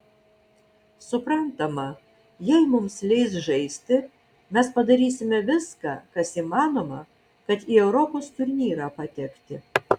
suprantama jei mums leis žaisti mes padarysime viską kas įmanoma kad į europos turnyrą patekti